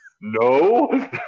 No